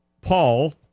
Paul